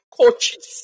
coaches